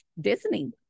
Disney